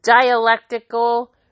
dialectical